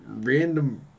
random